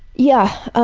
yeah.